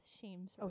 shames